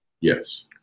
Yes